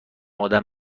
آدم